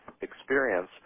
experience